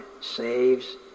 saves